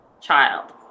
child